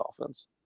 offense